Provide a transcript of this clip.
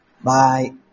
Bye